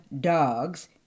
dogs